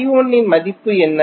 I1 இன் மதிப்பு என்ன